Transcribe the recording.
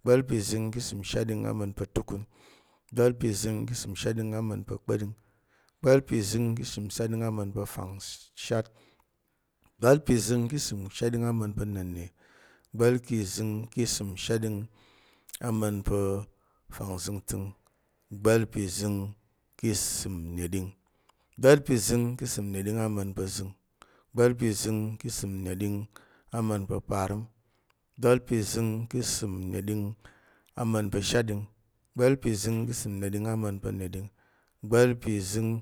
igba̱l pi zəng ki isəm shatɗing ama̱n pa̱ tukun, igba̱l pi zəng ki isəm shatɗing ama̱n pa̱ kpa̱ɗing, igba̱l pi zəng ki isəm shatɗing ama̱n pa̱ fangshat, igba̱l pi zəng ki isəm shatɗing ama̱n pa̱ na̱nne, igba̱l pi zəng ki isəm shatɗing ama̱n pa̱ fangzəngtəng, igba̱l pi zəng ki isəm neɗing, igba̱l pi zəng ki isəm neɗing ama̱n pa̱ zəng, igba̱l pi zəng ki isəm neɗing ama̱n pa̱ parəm, igba̱l pi zəng ki isəm neɗing ama̱n pa̱ shatɗing, igba̱l pi zəng ki isəm neɗing ama̱n pa̱ neɗing, igba̱l pi zəng